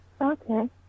okay